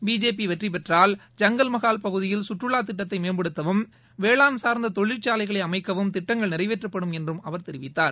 BJP வெற்றி பெற்றால் ஜங்கல் மஹால் பகுதியில் கற்றுவா திட்டத்தை மேம்படுத்தவும் வேளாண் சார்ந்த தொழிற்சாலைகளை அமைக்கவும் திட்டங்கள் நிறைவேற்றப்படும் என்று அவர் தெரிவித்தார்